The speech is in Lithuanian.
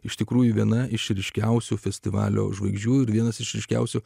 iš tikrųjų viena iš ryškiausių festivalio žvaigždžių ir vienas iš ryškiausių